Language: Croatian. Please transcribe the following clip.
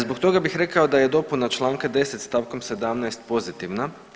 Zbog toga bih rekao da je dopuna članka 10. stavka 17. pozitivna.